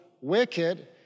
wicked